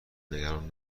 نگران